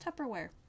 tupperware